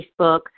Facebook